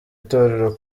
itorero